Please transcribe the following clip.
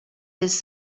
his